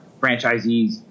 franchisees